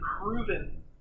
proven